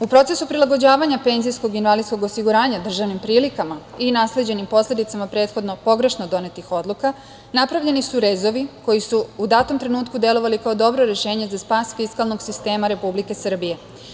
U procesu prilagođavanja penzijskog i invalidskog osiguranja državnim prilikama i nasleđenim posledicama prethodno pogrešno donetih odluka napravljeni su rezovi koji su u datom trenutku delovali kao dobro rešenje za spas fiskalnog sistema Republike Srbije.